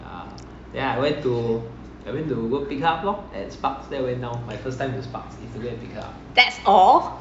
that's all